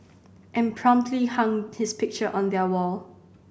and promptly hung his picture on their wall